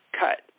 cut